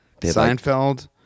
Seinfeld